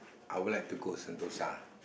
I will like to go sentosa